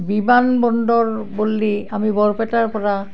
বিমান বন্দৰ বুলিলে আমি বৰপেটাৰ পৰা